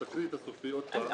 תקריאי את הסופי עוד פעם.